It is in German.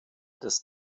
des